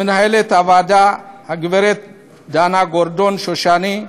למנהלת הוועדה, הגברת דנה גורדון שושני,